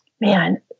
Man